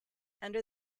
under